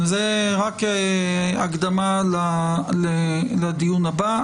זה רק הקדמה לדיון הבא,